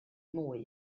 mwy